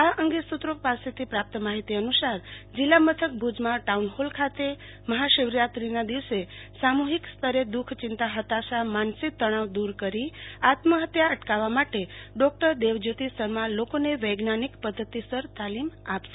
આ અંગે સુ ત્રો પાસેથી પ્રાપ્ત માહિતી અનુ સાર જિલ્લા મથક ભુ જમાં ટાઉન હોલ ખાતે મહાશિવરાત્રીના દિવસે સામુહિક સ્તરે દુખ્ ચિંતાહતાશામાનસિક તણાવ દુર કરી આત્મ ફત્યા અટકાવવા માટે ડોક્ટર દેવજ્યોતી શર્મા લોકને વૈજ્ઞાનિક પધ્ધતિસર તાલીમ આપશે